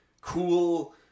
cool